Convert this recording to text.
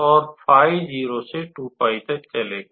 और फाई 0 से 2𝜋 तक चलेगा